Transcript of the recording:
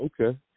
Okay